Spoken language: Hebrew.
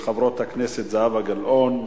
מוכות) של חברות הכנסת זהבה גלאון,